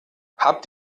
habt